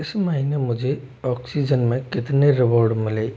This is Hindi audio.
इस महीने मुझे ऑक्सीजन में कितने रिवॉर्ड मिले